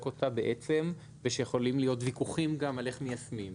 אותה בעצם ושיכולים להיות ויכוחים גם על איך מיישמים.